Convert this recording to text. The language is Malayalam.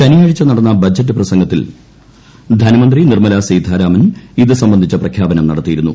ശനിയാഴ്ച നടന്ന ബജറ്റ് പ്രസംഗത്തിൽ ധനമന്ത്രി നിർമ്മല സീതാരാമൻ ഇതു സംബന്ധിച്ച പ്രഖ്യാപനം നടത്തിയിരുന്നു